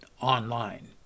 online